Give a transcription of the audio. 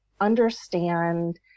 understand